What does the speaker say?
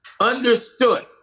understood